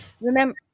Remember